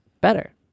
better